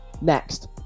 Next